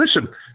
Listen